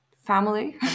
family